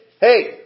hey